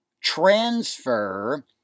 transfer